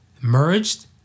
merged